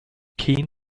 keen